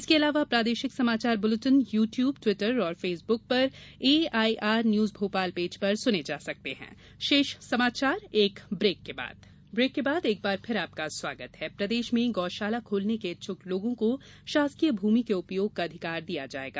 इसके अलावा प्रादेशिक समाचार बुलेटिन यू ट्यूब टिवटर और फेसबुक पर एआईआर न्यूज भोपाल पेज पर सुने जा सकते हैं गौशाला प्रदेश में गौशाला खोलने के इच्छुक लोगों को शासकीय भूमि के उपयोग का अधिकार दिया जायेगा